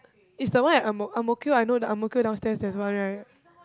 is the one at ang Ang-Mo-Kio I know the Ang-Mo-Kio downstairs there's one right